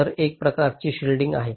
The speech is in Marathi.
तर एक प्रकारची शिल्डिंग आहे